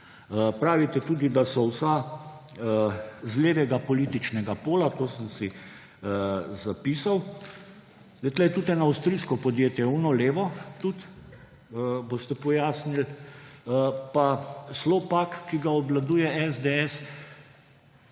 Pravite tudi, da so vsa z levega političnega pola, to sem si zapisal. Tu je tudi eno avstrijsko podjetje. Je tudi to levo? Boste pojasnil. Slopak, ki ga obvladuje SDS,